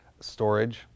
storage